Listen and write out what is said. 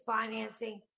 financing